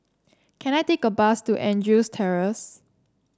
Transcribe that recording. can I take a bus to Andrews Terrace